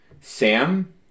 Sam